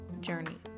journey